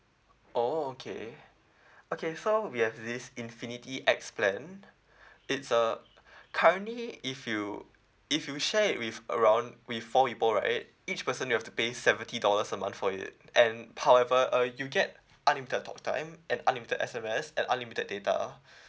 oh okay okay so we have this infinity X plan it's a currently if you if you share it with around with four people right each person will have to pay seventy dollars a month for it and however uh you'll get unlimited talk time and unlimited S_M_S and unlimited data